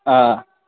آ